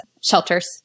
shelters